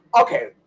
okay